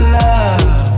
love